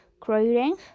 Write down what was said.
creating